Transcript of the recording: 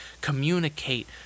communicate